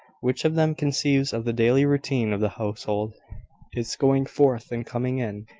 which of them conceives of the daily routine of the household its going forth and coming in,